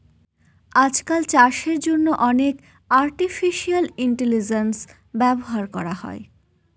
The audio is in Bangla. আজকাল চাষের জন্য অনেক আর্টিফিশিয়াল ইন্টেলিজেন্স ব্যবহার করা হয়